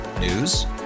News